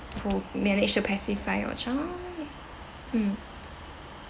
who managed to pacify your child mm